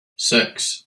six